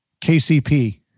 KCP